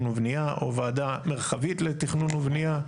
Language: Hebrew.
ובנייה או ועדה מרחבית לתכנון ובנייה.